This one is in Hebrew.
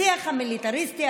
השיח המיליטריסטי,